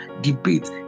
debate